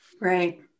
Right